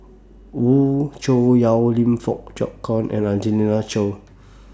Wee Cho Yaw Lim Fong Jock David and Angelina Choy